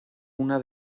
una